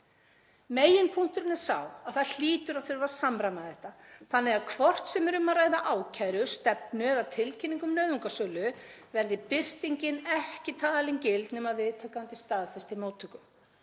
Meginpunkturinn er sá að það hlýtur að þurfa að samræma þetta þannig að hvort sem um er að ræða ákæru, stefnu eða tilkynningu um nauðungarsölu verði birtingin ekki talin gild nema viðtakandi staðfesti móttöku.